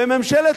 וממשלת